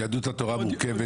יהדות התורה מורכבת